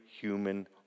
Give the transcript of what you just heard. human